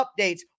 updates